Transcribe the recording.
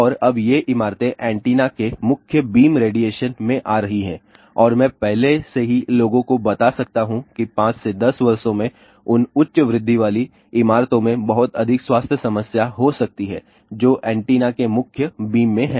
और अब ये इमारतें एंटीना के मुख्य बीम रेडिएशन में आ रही हैं और मैं पहले से ही लोगों को बता सकता हूं कि 5 से 10 वर्षों में उन उच्च वृद्धि वाली इमारतों में बहुत अधिक स्वास्थ्य समस्या हो सकती है जो एंटीना के मुख्य बीम में हैं